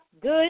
good